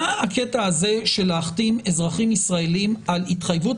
מה הקטע הזה של להחתים אזרחים ישראלים על התחייבות